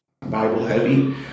Bible-heavy